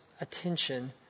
attention